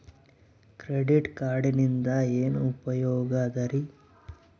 Credit ಕಾರ್ಡಿನಿಂದ ಏನು ಉಪಯೋಗದರಿ?